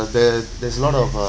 there there is lot of uh